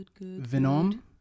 Venom